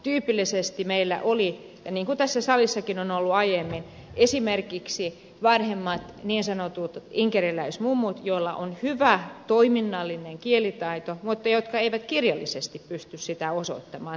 tyypillisesti meillä oli niin kuin tässä salissakin on ollut aiemmin esillä esimerkkinä vanhemmat niin sanotut inkeriläismummut joilla on ollut hyvä toiminnallinen kielitaito mutta jotka eivät kirjallisesti pysty sitä osoittamaan